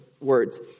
words